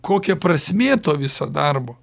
kokia prasmė to viso darbo